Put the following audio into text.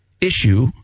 issue